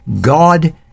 God